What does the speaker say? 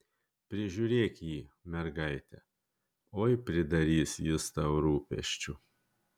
prižiūrėk jį mergaite oi pridarys jis tau rūpesčių